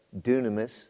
dunamis